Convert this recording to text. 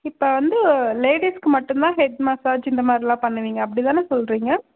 இப்போ வந்து லேடிஸ்க்கு மட்டும்தான் ஹெட் மசாஜ் இந்த மாதிரிலாம் பண்ணுவீங்க அப்படிதான சொல்லுறீங்க